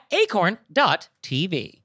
acorn.tv